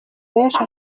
benshi